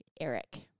Eric